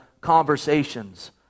conversations